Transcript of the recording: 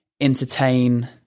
entertain